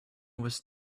was